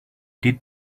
did